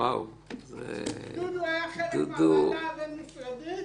דודו היה חלק מהוועדה הבין-משרדית.